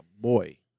boy